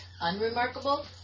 Unremarkable